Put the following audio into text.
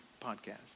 podcast